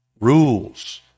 rules